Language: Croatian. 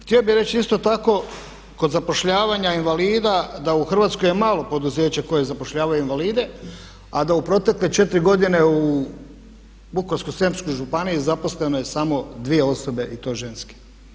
Htio bih reći isto tako kod zapošljavanja invalida da u Hrvatskoj je malo poduzeća koji zapošljavaju invalide, a da u protekle četiri godine u Vukovarsko-srijemskoj županiji zaposleno je samo dvije osobe i to ženske.